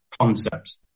concepts